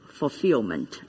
fulfillment